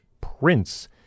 Prince